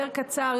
יותר קצר,